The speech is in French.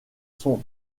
sont